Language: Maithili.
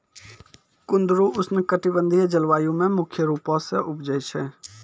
कुंदरु उष्णकटिबंधिय जलवायु मे मुख्य रूपो से उपजै छै